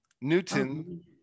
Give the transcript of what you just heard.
newton